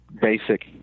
basic